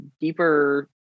deeper